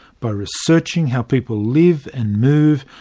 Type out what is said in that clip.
by researching how people live and move,